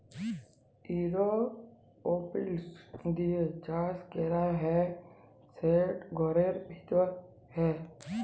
এরওপলিক্স দিঁয়ে চাষ ক্যরা হ্যয় সেট ঘরের ভিতরে হ্যয়